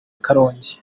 karongi